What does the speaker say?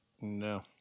No